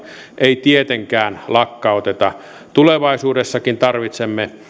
ei tietenkään lakkauteta tulevaisuudessakin tarvitsemme